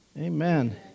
Amen